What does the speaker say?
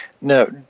No